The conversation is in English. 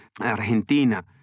Argentina